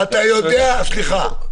סליחה.